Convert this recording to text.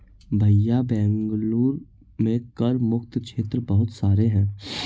भैया बेंगलुरु में कर मुक्त क्षेत्र बहुत सारे हैं